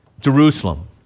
Jerusalem